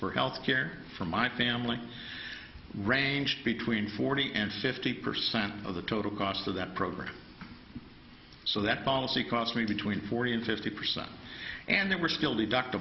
for health care for my family ranged between forty and fifty percent of the total cost of that program so that policy cost me between forty and fifty percent and they were